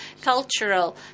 cultural